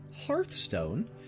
Hearthstone